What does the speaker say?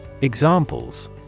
Examples